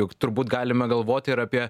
juk turbūt galime galvoti ir apie